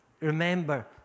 remember